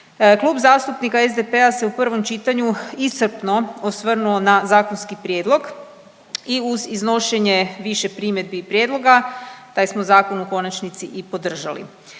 Klub zastupnika SDP-a se u prvom čitanju iscrpno osvrnuo na zakonski prijedlog i uz iznošenje više primjedbi i prijedloga taj smo zakon u konačnici i podržali.